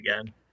again